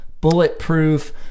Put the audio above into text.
bulletproof